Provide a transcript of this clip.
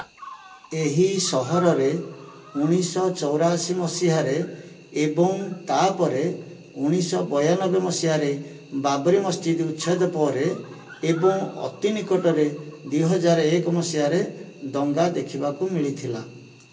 ଏହି ସହରରେ ଉଣେଇଶହ ଚଉରାଅଶି ମସିହାରେ ଏବଂ ତା'ପରେ ଉଣେଇଶହ ବୟାନବେ ମସିହାରେ ବାବରୀ ମସଜିଦ୍ ଉଚ୍ଛେଦ ପରେ ଏବଂ ଅତି ନିକଟରେ ଦୁଇ ହଜାର ଏକ ମସିହାରେ ଦଙ୍ଗା ଦେଖିବାକୁ ମିଳିଥିଲା